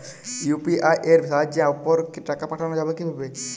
UPI এর সাহায্যে অপরকে টাকা পাঠানো যাবে কিভাবে?